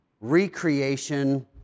recreation